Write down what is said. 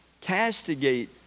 castigate